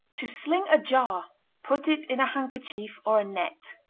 to sling a jar put it in a handkerchief or a net.